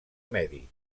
medi